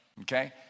Okay